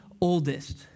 oldest